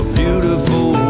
beautiful